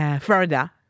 Florida